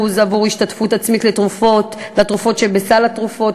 עבור השתתפות עצמית לתרופות שבסל התרופות,